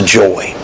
joy